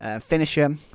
finisher